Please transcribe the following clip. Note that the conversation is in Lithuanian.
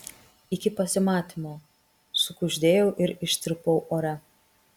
iki pasimatymo sukuždėjau ir ištirpau ore